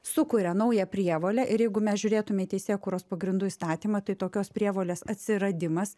sukuria naują prievolę ir jeigu mes žiūrėtum į teisėkūros pagrindų įstatymą tai tokios prievolės atsiradimas